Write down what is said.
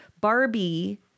Barbie